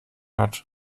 hat